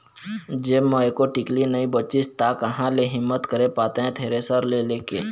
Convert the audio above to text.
जेब म एको टिकली नइ बचिस ता काँहा ले हिम्मत करे पातेंव थेरेसर ले के